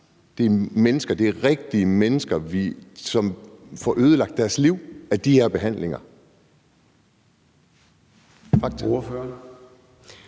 Det er bare mennesker; det er rigtige mennesker, som får ødelagt deres liv af de her behandlinger.